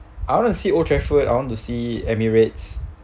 I want to see old trafford I want to see emirates